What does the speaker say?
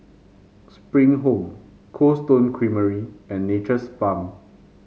Spring Home Cold Stone Creamery and Nature's Farm